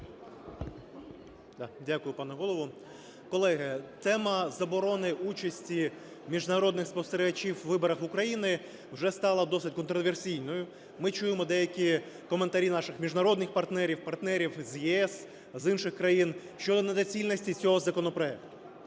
Дякую, пане голово. Колеги, тема заборони участі міжнародних спостерігачів в виборах в Україні вже стала досить контраверсійною, ми чуємо деякі коментарі наших міжнародних партнерів, партнерів з ЄС, з інших країн щодо недоцільності цього законопроекту.